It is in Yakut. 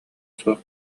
суох